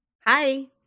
Hi